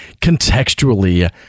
contextually